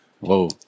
whoa